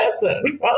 person